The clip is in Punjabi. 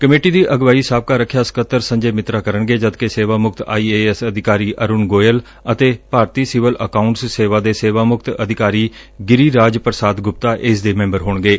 ਕਮੇਟੀ ਦੀ ਅਗਵਾਈ ਸਾਬਕਾ ਰੱਖਿਆ ਸੇਵਾ ਮੁਕਤ ਆਈ ਏ ਐਸ ਅਧਿਕਾਰੀ ਅਰੁਣ ਗੋਇਲ ਅਤੇ ਭਾਰਤੀ ਸਿਵਲ ਅਕਾਉਂਟਸ ਸੇਵਾ ਦੇ ਸੇਵਾ ਮੁਕਤ ਅਧਿਕਾਰੀ ਗਿਰੀਰਾਜ ਪ੍ਸਾਦ ਗੁਪਤਾ ਇਸ ਦੇ ਮੈਂਬਰ ਹੋਣਗੇ